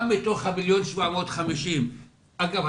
גם בתוך ה- 1,750,000 ואגב,